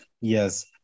Yes